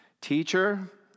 Teacher